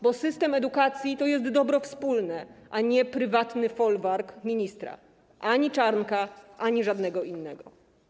Bo system edukacji to jest dobro wspólne, a nie prywatny folwark ministra, ani Czarnka, ani żadnego innego.